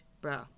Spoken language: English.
bro